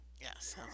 yes